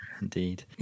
indeed